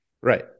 Right